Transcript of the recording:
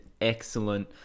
excellent